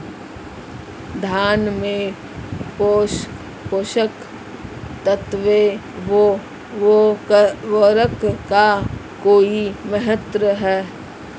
धान में पोषक तत्वों व उर्वरक का कोई महत्व है?